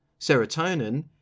serotonin